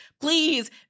Please